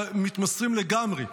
ומתמסרים לגמרי להגנה,